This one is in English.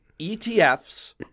ETFs